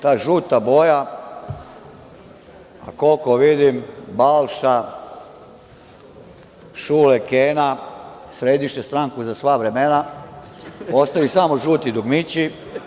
Ta žuta boja, koliko vidim, Balša, Šule, Kena središe stranku za sva vremena, ostaju samo žuti dugmići.